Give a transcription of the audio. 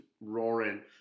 roaring